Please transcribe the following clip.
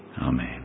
Amen